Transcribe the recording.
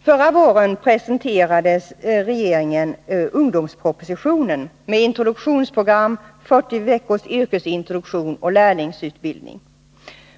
Förra våren presenterade regeringen den s.k. ungdomspropositionen med introduktionsprogram, 40 veckors yrkesintroduktion och lärlingsutbildning.